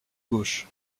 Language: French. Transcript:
gauche